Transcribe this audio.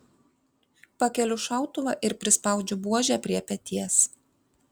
pakeliu šautuvą ir prispaudžiu buožę prie peties